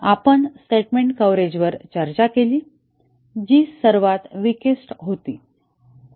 आपण स्टेटमेंट कव्हरेजवर चर्चा केली जी सर्वात विकेस्ट होती